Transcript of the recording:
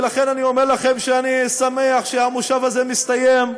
ולכן, אני אומר לכם שאני שמח שהכנס הזה מסתיים.